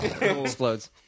Explodes